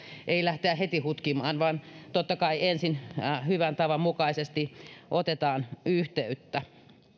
ei lähteä heti hutkimaan vaan totta kai ensin hyvän tavan mukaisesti otetaan yhteyttä